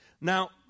Now